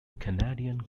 canadian